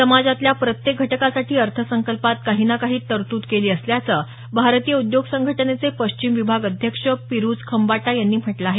समाजातल्या प्रत्येक घटकासाठी अर्थसंकल्पात काही ना काही तरतूद केली असल्याचं भारतीय उद्योग संघटनेचे पश्चिम विभाग अध्यक्ष पिरुज खंबाटा यांनी म्हटलं आहे